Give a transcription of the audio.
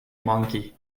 monkey